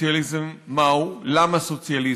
סוציאליזם מהו, למה סוציאליזם,